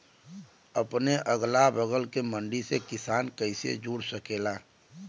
अपने अगला बगल के मंडी से किसान कइसे जुड़ सकेला?